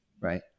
right